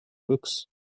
books